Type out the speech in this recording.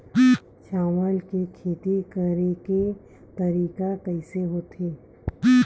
चावल के खेती करेके तरीका कइसे होथे?